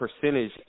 percentage